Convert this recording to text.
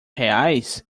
reais